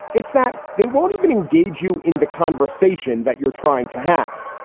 it's that they won't even engage you in the conversation that you're trying to have.